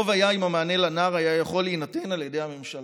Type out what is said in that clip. טוב היה אם המענה לנער היה יכול להינתן על ידי הממשלה.